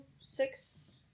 Six